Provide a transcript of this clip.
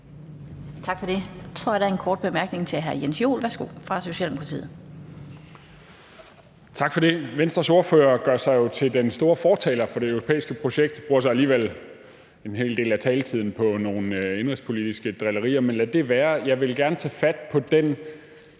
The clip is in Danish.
Tak for det.